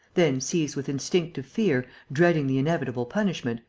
then, seized with instinctive fear, dreading the inevitable punishment,